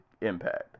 impact